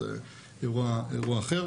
זה אירוע אחר,